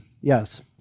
Yes